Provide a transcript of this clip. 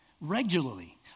Regularly